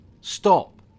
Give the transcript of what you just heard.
Stop